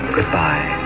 Goodbye